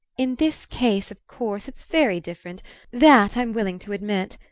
in this case, of course, it's very different that i'm willing to admit.